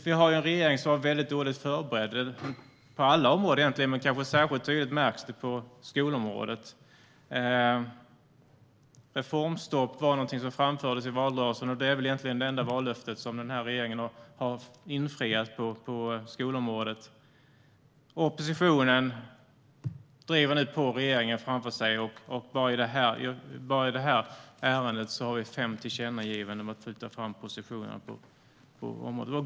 Vi har ju en regering som var mycket dåligt förberedd, egentligen på alla områden, men det märks kanske särskilt tydligt på skolområdet. Reformstopp var något som framfördes i valrörelsen, och det är väl egentligen det enda vallöfte som den här regeringen har infriat på skolområdet. Oppositionen driver nu regeringen framför sig. Bara i det här ärendet har vi fem tillkännagivanden om att flytta fram positionerna på området.